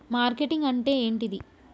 Marketing అంటే ఏంటిది?